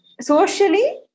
socially